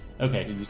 Okay